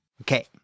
Okay